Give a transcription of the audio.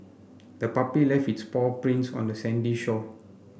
the puppy left its paw prints on the sandy shore